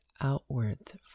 outwards